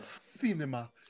Cinema